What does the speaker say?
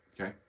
okay